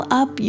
up